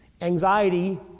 anxiety